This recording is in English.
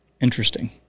Interesting